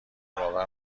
آور